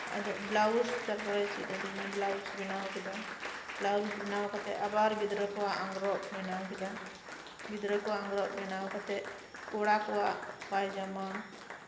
ᱟᱫᱚ ᱛᱟᱨᱯᱚᱨᱮ ᱵᱞᱟᱣᱩᱡ ᱨᱚᱜ ᱮ ᱪᱮᱫ ᱟᱹᱫᱤᱧᱟ ᱵᱞᱟᱣᱩᱡ ᱵᱮᱱᱟᱣ ᱠᱮᱫᱟ ᱵᱞᱟᱣᱩᱡ ᱵᱮᱱᱟᱣ ᱠᱟᱛᱮᱫ ᱟᱵᱟᱨ ᱜᱤᱫᱽᱨᱟᱹ ᱠᱚᱣᱟᱜ ᱟᱸᱜᱽᱨᱚᱵ ᱵᱮᱱᱟᱣ ᱠᱮᱫᱟ ᱜᱤᱫᱽᱨᱟᱹ ᱠᱚᱣᱟᱜ ᱟᱸᱜᱽᱨᱚᱵᱽ ᱵᱮᱱᱟᱣ ᱠᱟᱛᱮᱫ ᱠᱚᱲᱟ ᱠᱚᱣᱟᱜ ᱯᱟᱭᱡᱟᱢᱟ